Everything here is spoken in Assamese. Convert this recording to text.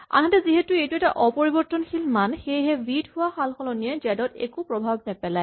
আনহাতে যিহেতু এইটো এটা অপৰিবৰ্তনশীল মান সেয়েহে ভি ত হোৱা সালসলনিয়ে জেড ত একো প্ৰভাৱ নেপেলায়